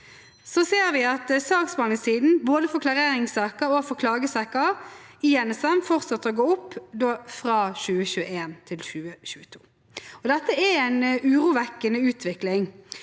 Så ser vi at saksbehandlingstiden i NSM, både for klareringssaker og for klagesaker, fortsatte å gå opp fra 2021 til 2022. Dette er en urovekkende utvikling.